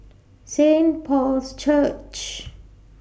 Saint Paul's Church